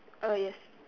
uh yes